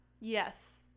Yes